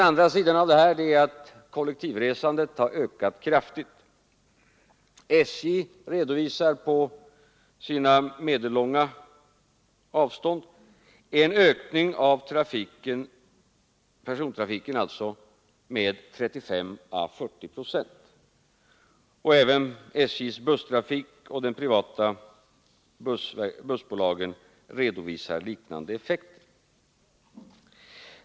Vidare har kollektivresandet ökat kraftigt. SJ redovisar på sina medellånga avstånd en ökning av persontrafiken med 35 å 40 procent. Även SJ:s busstrafik och de privata bussbolagen redovisar liknande effekter.